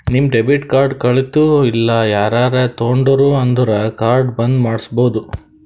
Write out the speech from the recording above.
ನಿಮ್ debit card ಕಳಿತು ಇಲ್ಲ ಯಾರರೇ ತೊಂಡಿರು ಅಂದುರ್ ಕಾರ್ಡ್ ಬಂದ್ ಮಾಡ್ಸಬೋದು